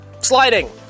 Sliding